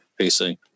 PC